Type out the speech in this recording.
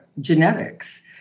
genetics